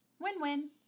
Win-win